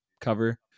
cover